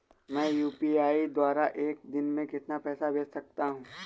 मैं यू.पी.आई द्वारा एक दिन में कितना पैसा भेज सकता हूँ?